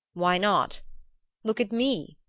why not look at me!